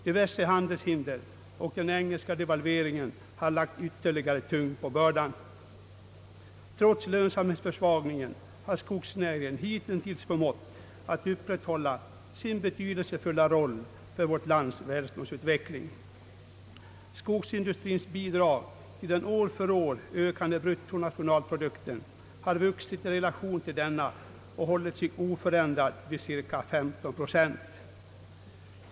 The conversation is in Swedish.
Diverse handelshinder och den engelska devalveringen har lagt ytterligare tyngd på bördan. Trots lönsamhetsförsvagningen har skogsnäringen hitintills förmått att upprätthålla sin betydelsefulla roll för vårt lands välståndsutveckling. Skogsindustrins bidrag till den år för år ökande bruttonationalprodukten har vuxit i relation till denna och hållit sig oförändrad vid cirka 15 procent.